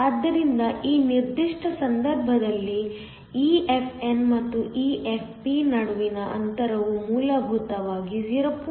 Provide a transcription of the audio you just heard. ಆದ್ದರಿಂದ ಈ ನಿರ್ದಿಷ್ಟ ಸಂದರ್ಭದಲ್ಲಿ EFn ಮತ್ತು EFp ನಡುವಿನ ಅಂತರವು ಮೂಲಭೂತವಾಗಿ 0